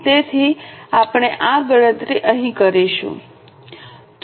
તેથી આપણે આ ગણતરી અહીં કરીશું 3